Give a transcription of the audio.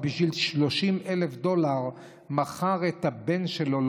אז בשביל 30,000 דולר מכר את הבן שלו,